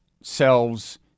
selves